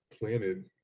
planted